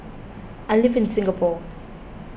I live in Singapore